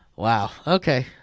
wow, okay,